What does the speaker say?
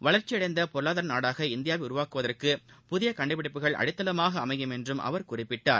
வளர்ச்சியடைந்தபொருளாதாரநாடாக இந்தியாவைஉருவாக்குவதற்கு புதியகண்டுபிடிப்புகள் அடித்தளமாகஅமையும் என்றும் அவர் குறிப்பிட்டார்